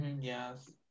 Yes